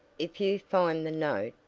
if you find the note,